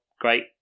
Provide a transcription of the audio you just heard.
Great